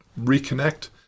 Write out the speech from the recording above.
reconnect